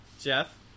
Jeff